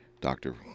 doctor